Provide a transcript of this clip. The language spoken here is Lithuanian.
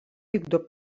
vykdo